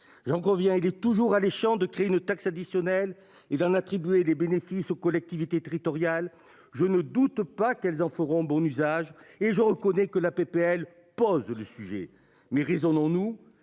j'en conviens, il est toujours alléchant de créer une taxe additionnelle il va en attribuer des bénéfices aux collectivités territoriales. Je ne doute pas qu'elles en feront bon usage et je reconnais que la PPL pose le sujet mais raisonnons nous